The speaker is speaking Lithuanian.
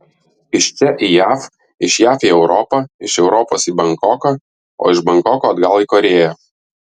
iš čia į jav iš jav į europą iš europos į bankoką o iš bankoko atgal į korėją